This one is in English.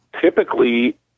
Typically